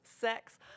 Sex